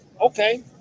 okay